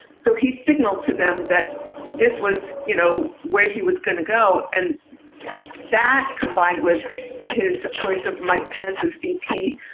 so he signaled to them that this was, you know, where he was going to go. and that combined with his choice of mike pence as v p,